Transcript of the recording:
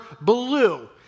blue